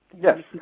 Yes